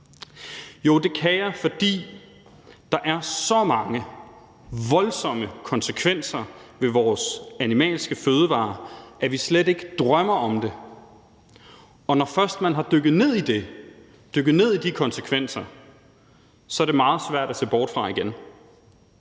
Jo, det kan jeg, fordi der er så mange voldsomme konsekvenser ved vores animalske fødevarer, at vi slet ikke drømmer om det. Og når først man er dykket ned i de konsekvenser, så er det meget svært at se bort fra igen.